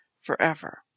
forever